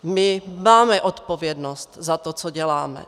My máme odpovědnost za to, co děláme.